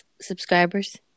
subscribers